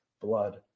blood